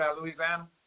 Louisiana